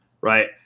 Right